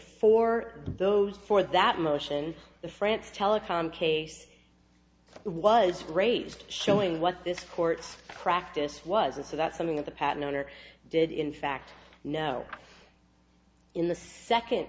for those for that motion the france telecom case was raised showing what this court practice was and so that's something that the patent owner did in fact know in the second